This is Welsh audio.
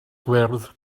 gwyrdd